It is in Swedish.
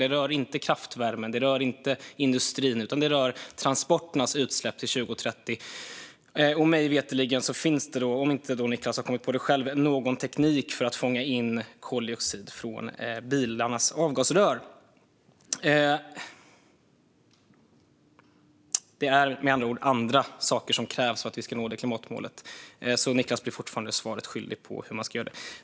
Det rör inte kraftvärmen, och det rör inte industrin, utan det rör transporternas utsläpp till 2030. Mig veterligen finns det inte - om inte Niklas har kommit på någon själv - någon teknik för att fånga in koldioxid från bilarnas avgasrör. Det är med andra ord andra saker som krävs för att vi ska nå detta klimatmål, så Niklas blir fortfarande svaret skyldig när det gäller hur man ska göra det.